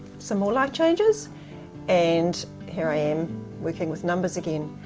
some more life changes and here i am working with numbers again.